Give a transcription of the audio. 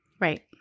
right